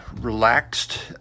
relaxed